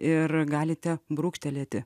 ir galite brūkštelėti